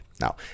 now